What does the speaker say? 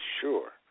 sure